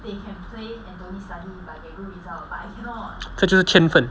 这就是天分